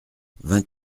vingt